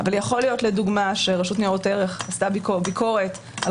אבל יכול להיות לדוגמה שרשות ניירות ערך עשתה ביקורת על